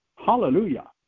Hallelujah